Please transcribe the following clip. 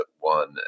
one